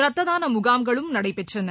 ரத்ததான முகாம்களும் நடைபெற்றன